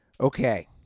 Okay